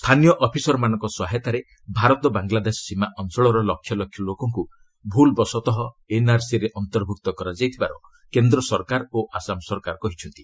ସ୍ଥାନୀୟ ଅଫିସରମାନଙ୍କ ସହାୟତାରେ ଭାରତ ବାଂଲାଦେଶ ସୀମା ଅଞ୍ଚଳର ଲକ୍ଷ ଲୋକଙ୍କୁ ଭୁଲ୍ବଶତଃ ଏନ୍ଆର୍ସିରେ ଅନ୍ତର୍ଭୁକ୍ତ କରାଯାଇଥିବାର କେନ୍ଦ୍ର ସରକାର ଓ ଆସାମ ସରକାର କହିଛନ୍ତି